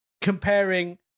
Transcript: comparing